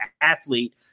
athlete